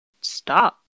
stop